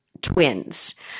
twins